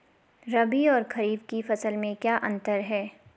रबी और खरीफ की फसल में क्या अंतर है?